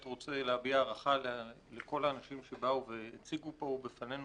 רוצה להביע הערכה לכל האנשים שבאו והציגו פה בפנינו